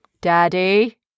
Daddy